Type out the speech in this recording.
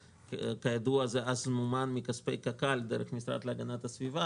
כידוע אז זה מומן מכספי קק"ל דרך המשרד להגנת הסביבה.